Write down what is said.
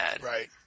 Right